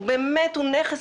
שהוא באמת נכס,